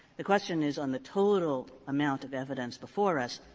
the question is on the total amount of evidence before us,